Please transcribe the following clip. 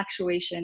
actuation